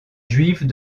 juives